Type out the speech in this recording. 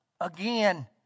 Again